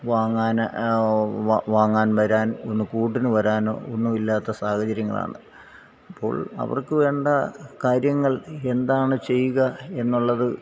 വാങ്ങാന് വ വാങ്ങാൻ വരാൻ ഒന്ന് കൂട്ടിന് വരാനോ ഒന്നും ഇല്ലാത്ത സാഹചര്യങ്ങളാണ് അപ്പോൾ അവർക്ക് വേണ്ട കാര്യങ്ങൾ എന്താണ് ചെയ്യുക എന്നുള്ളത്